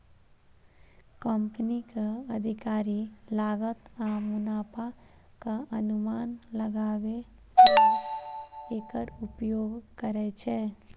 कंपनीक अधिकारी लागत आ मुनाफाक अनुमान लगाबै लेल एकर उपयोग करै छै